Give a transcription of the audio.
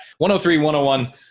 103-101